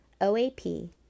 OAP